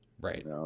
Right